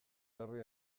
berri